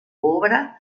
obra